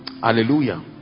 Hallelujah